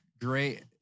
great